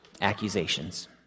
accusations